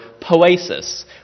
poesis